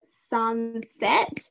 sunset